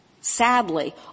sadly